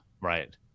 right